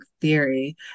theory